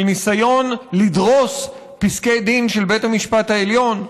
של ניסיון לדרוס פסקי דין של בית המשפט העליון,